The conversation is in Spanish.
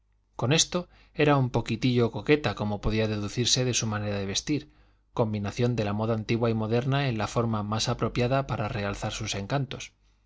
con esto era un poquitillo coqueta como podía deducirse de su manera de vestir combinación de la moda antigua y moderna en la forma más apropiada para realzar sus encantos